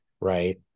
right